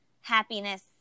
happiness